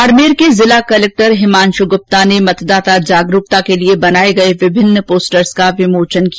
बाड़मेर जिला कलेक्टर हिमांशु गुप्ता ने मतदाता जागरूकता के लिए बनाए गए विभिन्न पोस्टर्स का विमोचन किया